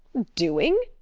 doing!